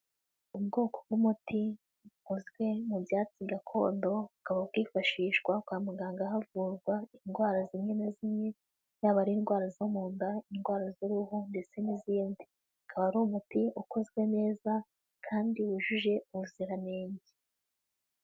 Ubwoko bw'umuti bukozwe mu byatsi gakondo, bukaba bwifashishwa kwa muganga havurwa indwara zimwe na zimwe, yaba ari indwara zo mu nda, indwara z'uruhu, ndetse n'izindi. Ukaba ari umuti ukozwe neza kandi wujuje ubuziranenge.